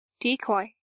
Decoy